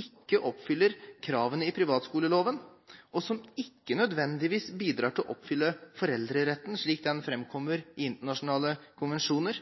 ikke oppfyller kravene i privatskoleloven, og som ikke nødvendigvis bidrar til å oppfylle foreldreretten slik den framkommer i internasjonale konvensjoner,